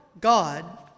God